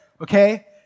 okay